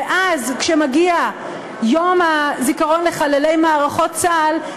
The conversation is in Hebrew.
וכשמגיע יום הזיכרון לחללי מערכות צה"ל,